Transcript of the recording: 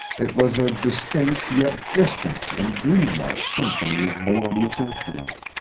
it was a distinct yet distant and dreamlike symphony of melodious instruments,